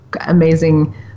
amazing